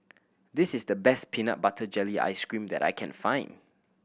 this is the best peanut butter jelly ice cream that I can find